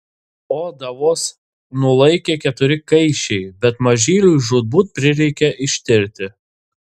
odą vos nulaikė keturi kaiščiai bet mažyliui žūtbūt prireikė ištirti